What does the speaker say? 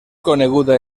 coneguda